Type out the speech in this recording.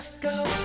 go